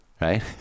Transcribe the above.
right